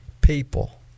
people